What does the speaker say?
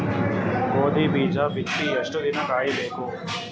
ಗೋಧಿ ಬೀಜ ಬಿತ್ತಿ ಎಷ್ಟು ದಿನ ಕಾಯಿಬೇಕು?